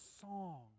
song